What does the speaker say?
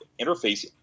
interface